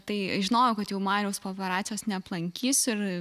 tai žinojau kad jau mariaus po operacijos neaplankysiu ir